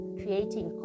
creating